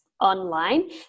online